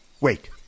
Wait